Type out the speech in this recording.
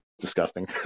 disgusting